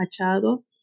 Machado